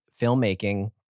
filmmaking